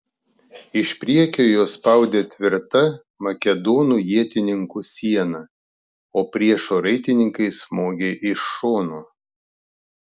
iš priekio juos spaudė tvirta makedonų ietininkų siena o priešo raitininkai smogė iš šono